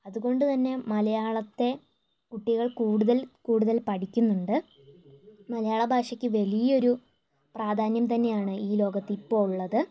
അതുകൊണ്ടു തന്നെ മലയാളത്തെ കുട്ടികൾ കൂടുതൽ കൂടുതൽ പഠിക്കുന്നുണ്ട് മലയാളഭാഷയ്ക്ക് വലിയൊരു പ്രാധാന്യം തന്നെയാണ് ഈ ലോകത്ത് ഇപ്പോൾ ഉള്ളത്